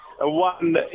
one